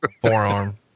forearm